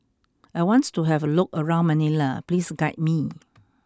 I want to have a look around Manila please guide me